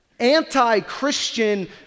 anti-christian